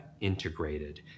integrated